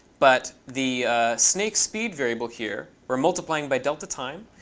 but the snake speed variable here we're multiplying by delta time,